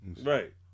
Right